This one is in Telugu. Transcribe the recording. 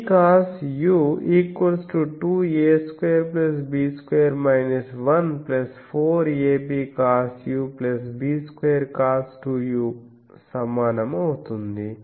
14abcosub2cos2u సమానం అవుతుంది